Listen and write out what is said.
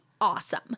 awesome